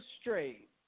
straight